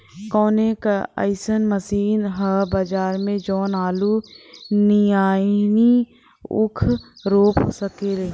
कवनो अइसन मशीन ह बजार में जवन आलू नियनही ऊख रोप सके?